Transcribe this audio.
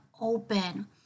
open